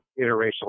interracial